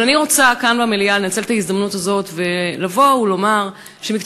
אבל אני רוצה לנצל את ההזדמנות הזאת ולומר כאן,